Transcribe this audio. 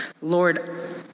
Lord